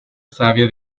savia